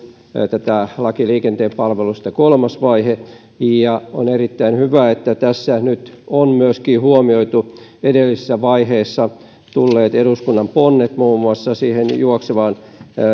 tämän lain liikenteen palveluista kolmas vaihe on erittäin hyvä että tässä on nyt myöskin huomioitu edellisessä vaiheessa tulleet eduskunnan ponnet muun muassa siihen juoksevaan